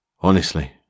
Honestly